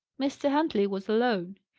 mr. huntley was alone.